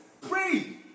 Pray